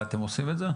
ואתם עושים את זה?